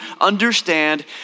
understand